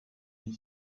撤销